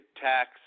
tax